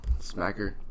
smacker